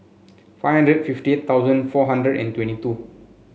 five hundred fifty eight thousand four hundred and twenty two